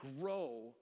grow